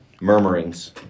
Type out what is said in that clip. murmurings